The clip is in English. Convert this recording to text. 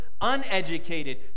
uneducated